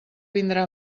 vindrà